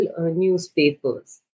newspapers